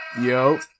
Yo